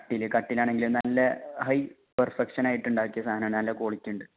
കട്ടിൽ കട്ടിലാണെങ്കിലും നല്ല ഹൈ പെർഫെക്ഷനായിട്ടുണ്ടാക്കിയ സധനമാ നല്ല കോളിറ്റി ഉണ്ട്